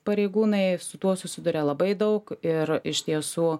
pareigūnai su tuo susiduria labai daug ir iš tiesų